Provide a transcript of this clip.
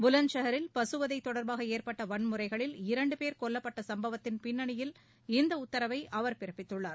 புலந்த் சாகரில் பசுவதை தொடர்பாக ஏற்பட்ட வன்முறைகளில் இரண்டு பேர் கொல்லப்பட்ட சம்பவத்தின் பின்னணியில் இந்த உத்தரவை அவர் பிறப்பித்துள்ளார்